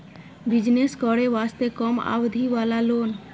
Business करे वास्ते कम अवधि वाला लोन?